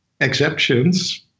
exceptions